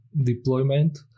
deployment